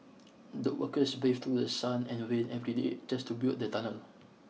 the workers braved through the sun and rain every day just to build the tunnel